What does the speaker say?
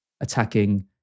attacking